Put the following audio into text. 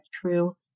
true